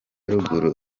ruguru